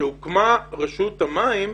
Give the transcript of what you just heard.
כשהוקמה רשות המים,